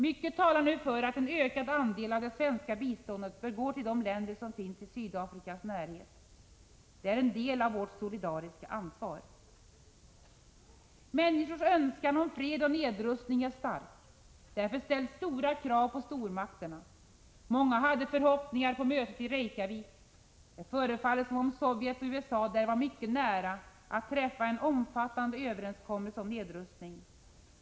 Mycket talar nu för att en ökad andel av det svenska biståndet bör gå till de länder som finns i Sydafrikas närhet. Det är en del av vårt solidariska ansvar. Människors önskan om fred och nedrustning är stark. Därför ställs stora krav på stormakterna. Många hade förhoppningar på mötet i Reykjavik. Det förefaller som om Sovjet och USA där var mycket nära att träffa en omfattande överenskommelse om nedrustning.